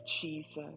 Jesus